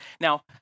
Now